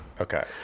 okay